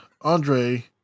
Andre